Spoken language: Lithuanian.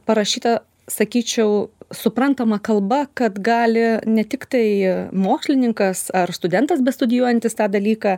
parašyta sakyčiau suprantama kalba kad gali ne tiktai mokslininkas ar studentas bestudijuojantis tą dalyką